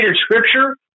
Scripture